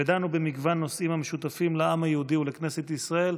ודנו במגוון נושאים המשותפים לעם היהודי ולכנסת ישראל.